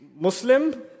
Muslim